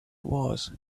was